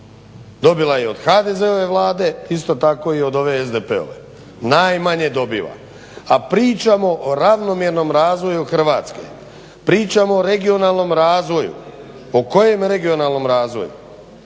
Dobila je i od HDZ-ove vlade, isto tako i od ove SDP-ove najmanje dobiva. A pričamo o ravnomjernom razvoju Hrvatske, pričamo o regionalnom razvoju. O kojem regionalnom razvoju?